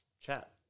chat